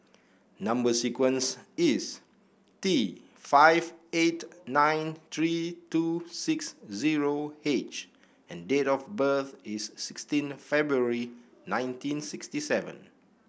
number sequence is T five eight nine three two six zero H and date of birth is sixteen February nineteen sixty seven